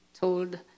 told